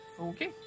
okay